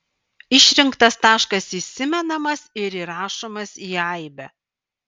išrinktas taškas įsimenamas ir įrašomas į aibę